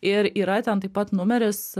ir yra ten taip pat numeris